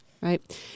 right